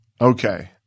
Okay